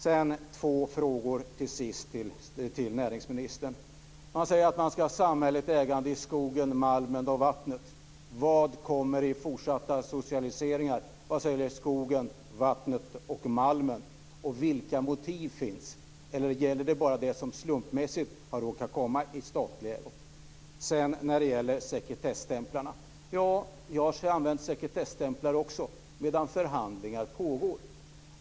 Jag har till sist två frågor till näringsministern. Man säger att man ska ha samhälleligt ägande i skogen, malmen och vattnet. Vad kommer i form av fortsatta socialiseringar när det gäller skogen, vattnet och malmen? Vilka motiv finns? Eller gäller det bara det som slumpmässigt har råkat komma i statlig ägo? Jag har också använt sekretesstämplar medan förhandlingar pågår.